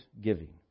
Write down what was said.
giving